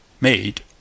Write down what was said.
made